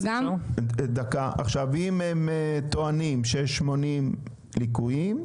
ואם הם טוענים שיש 80 ליקויים,